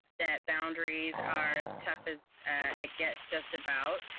that boundaries are as tough as it gets, just about,